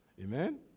Amen